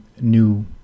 new